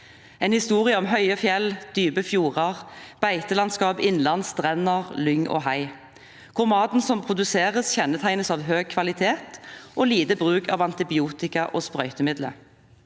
en historie om høye fjell, dype fjorder, beitelandskap, innland, strender, lyng og hei, hvor maten som produseres, kjennetegnes av høy kvalitet og lite bruk av antibiotika og sprøytemidler.